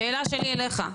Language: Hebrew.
השאלה שלי אלייך,